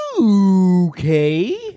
Okay